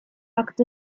hakt